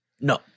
No